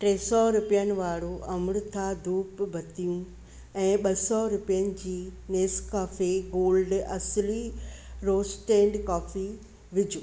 ट्रे सौ रुपियनि वारो अम्रुथा धूप बत्तियूं ऐं ॿ सौ रुपियनि जी नेस्कफे गोल्ड असली रोस्टेड कॉफ़ी विझो